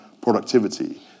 productivity